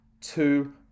two